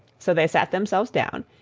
so they sat themselves down,